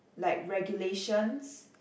like regulations